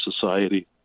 society